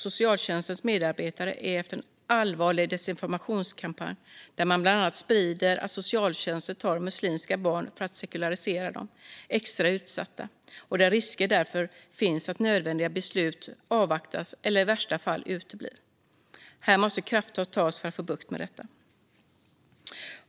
Socialtjänstens medarbetare är efter en allvarlig desinformationskampanj, där man bland annat sprider att socialtjänsten tar muslimska barn för att sekularisera dem, extra utsatta. Risken finns därför att medarbetarna avvaktar med nödvändiga beslut eller att besluten i värsta fall uteblir. Här måste krafttag tas för att få bukt med detta.